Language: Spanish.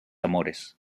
amores